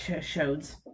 shows